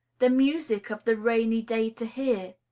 the music of the rainy day to hear.